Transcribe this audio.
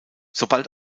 sobald